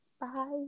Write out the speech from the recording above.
Bye